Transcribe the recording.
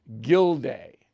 Gilday